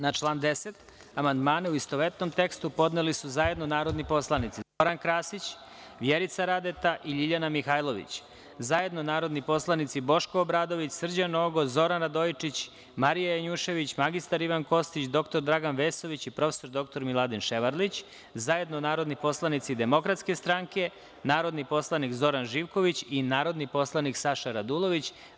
Na član 10. amandmane, u istovetnom tekstu, podneli su zajedno narodni poslanici Zoran Krasić, Vjerica Radeta i LJiljana Mihajlović, zajedno narodni poslanici Boško Obradović, Srđan Nogo, Zoran Radojičić, Marija Janjušević, mr Ivan Kostić, dr Dragan Vesović i prof. dr Miladin Ševarlić, zajedno narodni poslanici Demokratske strane, narodni poslanik Zoran Živković i narodni poslanik Saša Radulović.